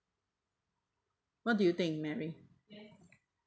what do you think mary